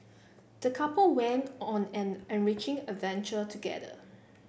the couple went on an enriching adventure together